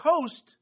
coast